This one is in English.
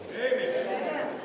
Amen